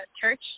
church